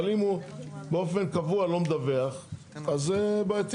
אבל אם הוא באופן קבוע לא מדווח, אז זה בעייתי.